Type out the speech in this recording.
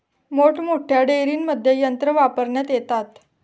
मोठमोठ्या डेअरींमध्ये यंत्रे वापरण्यात येतात